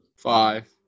Five